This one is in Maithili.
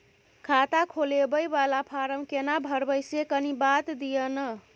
खाता खोलैबय वाला फारम केना भरबै से कनी बात दिय न?